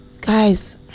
Guys